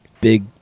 big